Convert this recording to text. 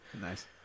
Nice